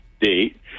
date